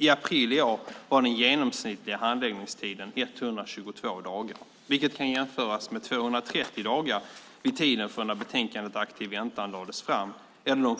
I april i år var den genomsnittliga handläggningstiden 122 dagar, vilket kan jämföras med 230 dagar vid tiden för när betänkandet Aktiv väntan - asylsökande i Sverige lades fram eller de